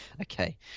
Okay